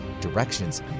directions